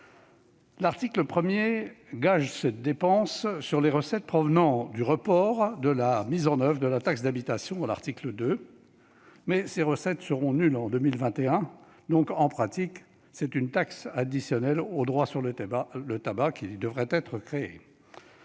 L'article 1 gage cette dépense sur les recettes provenant du report de la mise en oeuvre de la taxe d'habitation à l'article 2, mais ces recettes seront nulles en 2021. En pratique, c'est donc une taxe additionnelle aux droits sur le tabac qui devrait être créée.